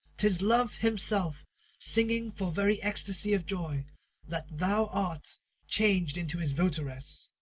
tis love himself singing for very ecstasy of joy that thou art changed into his votaress.